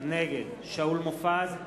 נגד שאול מופז,